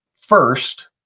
first